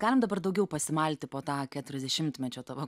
galim dabar daugiau pasimalti po tą keturiasdešimtmečio tavo